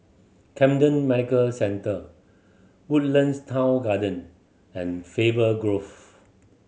Camden Medical Centre Woodlands Town Garden and Faber Grove